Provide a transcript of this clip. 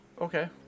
okay